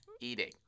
eating